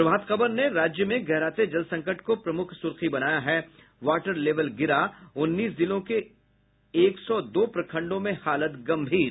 प्रभात खबर ने राज्य में गहराते जल संकट को प्रमुख सुर्खी बनाया है वाटर लेवल गिरा उन्नीस जिलों के एक सौ दो प्रखंडों में हालत गम्भीर